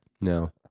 No